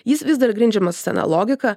jis vis dar grindžiamas sena logika